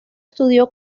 estudió